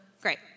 great